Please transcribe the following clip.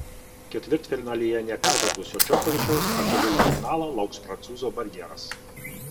ketvirtfinalyje nepervargusio džokovičiaus pakeliui į finalą lauks prancūzo barjeras